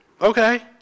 okay